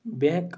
bank